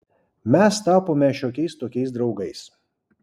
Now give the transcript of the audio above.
mes tapome šiokiais tokiais draugais